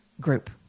group